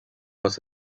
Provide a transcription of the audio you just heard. was